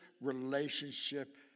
relationship